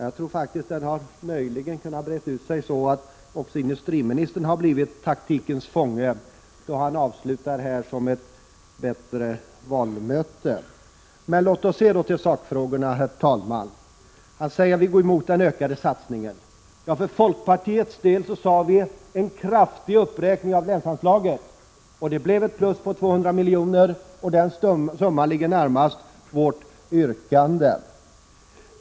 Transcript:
Jag tror faktiskt att den möjligen har fått breda ut sig så mycket att industriministern själv har blivit taktikens fånge. Han avslutade sitt anförande som på ett bättre valmöte. Låt oss se till sakfrågorna, herr talman! Industriministern påstår att vi går emot den ökade satsningen. För folkpartiets del sade vi att det måste till en kraftig uppräkning av länsanslaget. Det blev ett plus på 200 milj.kr. Den summan ligger närmast vårt yrkande.